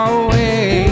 away